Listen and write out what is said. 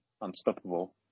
unstoppable